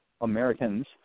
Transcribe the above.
Americans